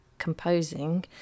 composing